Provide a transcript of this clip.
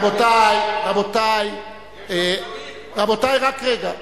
רבותי, רבותי, רבותי, רק רגע.